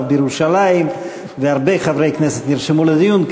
בירושלים והרבה חברי כנסת נרשמו לדיון.